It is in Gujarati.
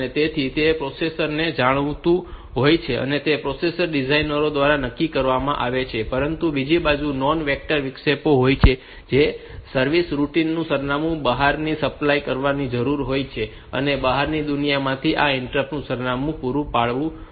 તેથી તે પ્રોસેસર ને જાણીતું હોય છે અને તે પ્રોસેસર ડિઝાઇનરો દ્વારા નક્કી કરવામાં આવે છે બીજી બાજુ ત્યાં નોન વેક્ટર વિક્ષેપો હોય છે જ્યાં સર્વિસ રૂટિન નું સરનામું બહારથી સપ્લાય કરવાની જરૂર હોય છે અને બહારની દુનિયામાંથી આ ઇન્ટરપ્ટ્સ સરનામું પૂરું પાડવું જોઈએ